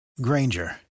Granger